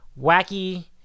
wacky